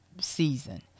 season